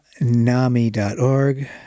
NAMI.org